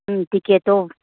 ꯎꯝ ꯇꯤꯛꯀꯦꯠꯇꯣ